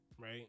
Right